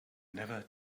never